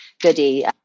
goody